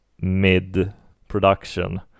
mid-production